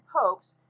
popes